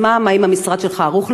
האם המשרד שלך ערוך לכך?